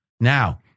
Now